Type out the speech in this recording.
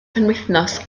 penwythnos